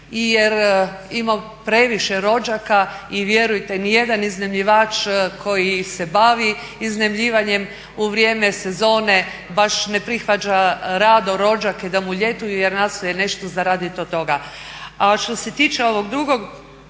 Ima previše rođaka i vjerujte nijedan iznajmljivač koji se bavi iznajmljivanjem u vrijeme sezone baš ne prihvaća rado rođake da mu ljetuju jer nastoji nešto zaraditi od toga.